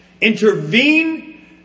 intervene